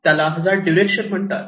त्याला hazard duration म्हणतात